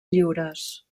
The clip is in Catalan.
lliures